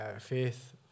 Faith